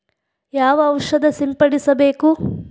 ಯಾವ ಔಷಧ ಸಿಂಪಡಿಸಬೇಕು?